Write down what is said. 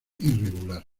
irregular